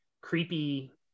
creepy